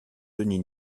denis